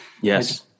Yes